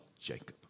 Jacob